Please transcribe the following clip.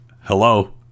hello